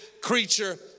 creature